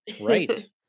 right